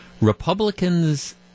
Republicans